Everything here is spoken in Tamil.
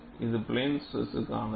இது பிளேன் ஸ்ட்ரெஸ்கானது